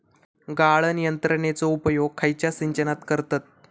गाळण यंत्रनेचो उपयोग खयच्या सिंचनात करतत?